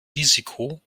risiko